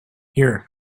here